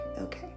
Okay